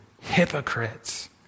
hypocrites